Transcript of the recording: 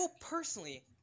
personally